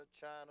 China